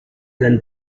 gun